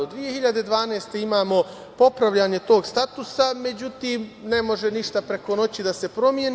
Godine 2012. imamo popravljanje tog statusa, međutim ne može ništa preko noći da se promeni.